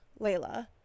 Layla